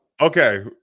Okay